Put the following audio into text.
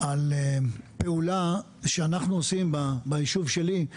על פעולה שאנחנו עושים ביישוב שלי,